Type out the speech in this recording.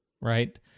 right